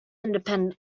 independent